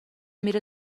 میره